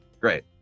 Great